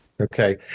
Okay